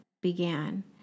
began